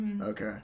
Okay